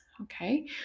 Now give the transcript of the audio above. Okay